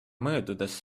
möödudes